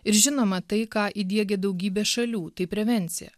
ir žinoma tai ką įdiegė daugybė šalių tai prevencija